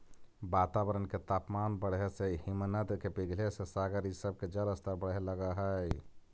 वातावरण के तापमान बढ़े से हिमनद के पिघले से सागर इ सब के जलस्तर बढ़े लगऽ हई